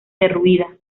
derruida